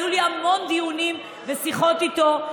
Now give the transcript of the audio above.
היו לי המון דיונים ושיחות איתו,